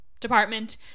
department